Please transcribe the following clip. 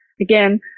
again